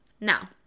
now